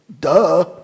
duh